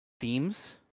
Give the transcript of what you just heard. themes